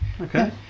Okay